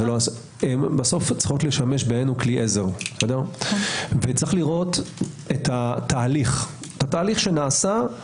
הם צריכים לשמש כלי עזר ויש לראות את התהליך שנעשה,